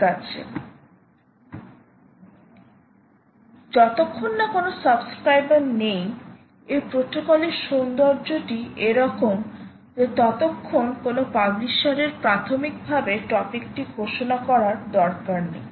ঠিক আছে যতক্ষণ না কোনও সাবস্ক্রাইবার নেই এই প্রোটোকলের সৌন্দর্যটি এরকম যে ততক্ষণ কোনও পাবলিশারের প্রাথমিকভাবে টপিকটি ঘোষণা করার দরকার নেই